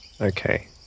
Okay